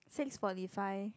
six forty five